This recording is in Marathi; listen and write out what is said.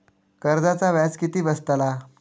कर्जाचा व्याज किती बसतला?